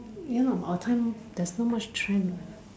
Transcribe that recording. ya lor our time there's no much trend uh